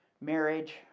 marriage